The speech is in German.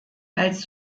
als